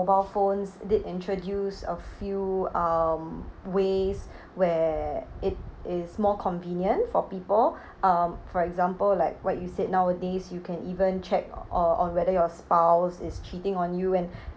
mobile phones did introduce a few um ways where it is more convenient for people um for example like what you said nowadays you can even check o~ on whether your spouse is cheating on you and